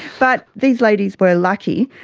but these ladies were lucky.